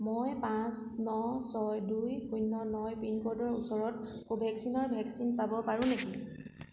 মই পাঁচ ন ছয় দুই শূন্য ন পিনক'ডৰ ওচৰত কোভেক্সিনৰ ভেকচিন পাব পাৰোঁ নেকি